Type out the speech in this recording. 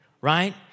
right